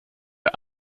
der